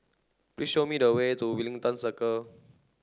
please show me the way to Wellington Circle